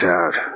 out